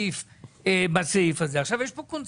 סעיף אחד מדבר על העדפה של 20% שזה חמש